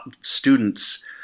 students